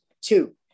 Two